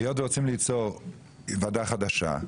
היות שרוצים ליצור ועדה חדשה,